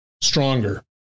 stronger